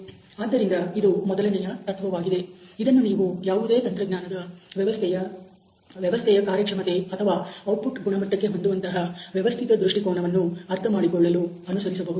ಆದ್ದರಿಂದ ಇದು ಮೊದಲನೆಯ ತತ್ವವಾಗಿದೆ ಇದನ್ನು ನೀವು ಯಾವುದೇ ತಂತ್ರಜ್ಞಾನದ ವ್ಯವಸ್ಥೆಯ ವ್ಯವಸ್ಥೆಯ ಕಾರ್ಯಕ್ಷಮತೆ ಅಥವಾ ಔಟ್ಪುಟ್ ಗುಣಮಟ್ಟಕ್ಕೆ ಕೊಡುವಂತಹ ವ್ಯವಸ್ಥಿತ ದೃಷ್ಟಿಕೋನವನ್ನು ಅರ್ಥಮಾಡಿಕೊಳ್ಳಲು ಅನುಸರಿಸಬಹುದು